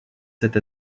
cette